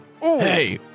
Hey